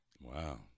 Wow